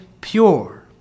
pure